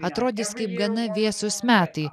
atrodys kaip gana vėsūs metai